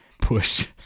push